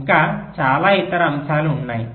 ఇంకా చాలా ఇతర అంశాలు ఉన్నాయి